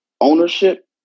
ownership